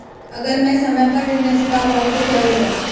अगर म ैं समय पर ऋण न चुका पाउँ तो क्या होगा?